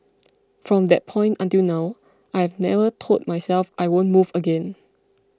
from that point until now I have never told myself I won't move again